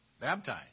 baptize